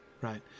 right